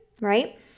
right